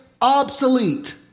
obsolete